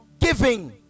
giving